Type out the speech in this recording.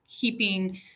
keeping